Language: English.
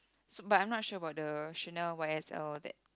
but I'm not sure about the Chanel Y_S_L that